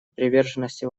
приверженности